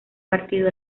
partido